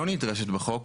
היא לא נדרשת בחוק,